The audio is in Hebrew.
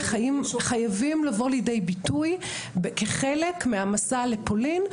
חייבים לבוא לידי ביטוי כחלק מהמסע לפולין,